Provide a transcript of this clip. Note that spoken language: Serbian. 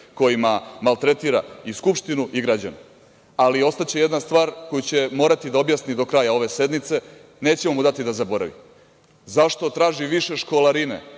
kojima maltretira Skupštinu i građane. Ostaće jedna stvar koju će morati da objasni do kraja ove sednice, nećemo mu dati da zaboravi, zašto traži više školarine,